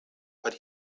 but